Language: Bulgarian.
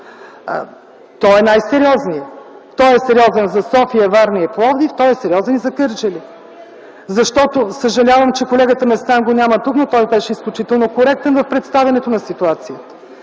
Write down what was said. е най-сериозният. Сериозен е за София, Варна и Пловдив, сериозен е и за Кърджали. Съжалявам, че колегата Местан го няма тук, но той беше изключително коректен в представянето на ситуацията.